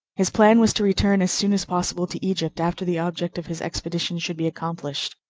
his plan was to return as soon as possible to egypt after the object of his expedition should be accomplished.